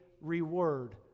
reward